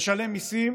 משלם מיסים,